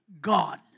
God